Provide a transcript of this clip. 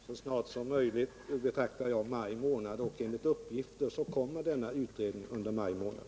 Herr talman! Så snart som möjligt anser jag att maj månad är, och enligt uppgift kommer denna utredning under maj månad.